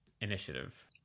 initiative